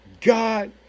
God